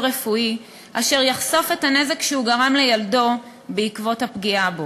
רפואי אשר יחשוף את הנזק שהוא גרם לו בעקבות הפגיעה בו.